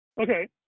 Okay